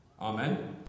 Amen